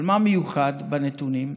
אבל מה מיוחד בנתונים?